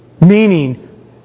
Meaning